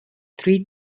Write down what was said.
three